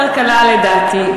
הנה, השר קלע לדעתי.